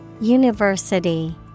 University